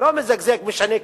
ולא מזגזג, משנה כיוון.